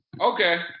okay